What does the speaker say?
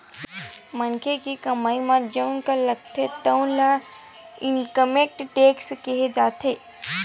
मनखे के कमई म जउन कर लागथे तउन ल इनकम टेक्स केहे जाथे